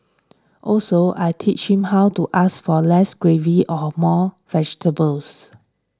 also I teach him how to ask for less gravy or more vegetables